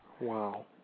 Wow